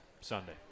Sunday